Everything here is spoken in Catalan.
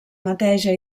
neteja